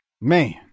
man